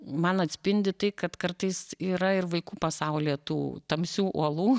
man atspindi tai kad kartais yra ir vaikų pasaulyje tų tamsių uolų